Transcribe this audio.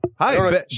Hi